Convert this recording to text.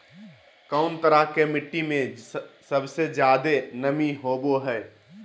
कौन तरह के मिट्टी में सबसे जादे नमी होबो हइ?